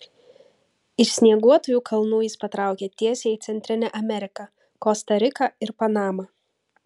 iš snieguotųjų kalnų jis patraukė tiesiai į centrinę ameriką kosta riką ir panamą